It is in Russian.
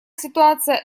ситуация